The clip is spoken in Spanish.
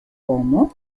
como